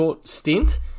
stint